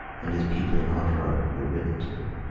and his people in oughterard were written to.